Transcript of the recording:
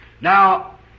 Now